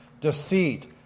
deceit